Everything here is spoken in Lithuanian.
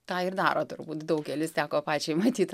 tą ir daro turbūt daugelis teko pačiai matyt